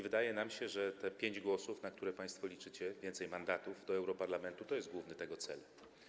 Wydaje nam się, że te pięć głosów, na które państwo liczycie, więcej mandatów do europarlamentu, to jest główny tego cel.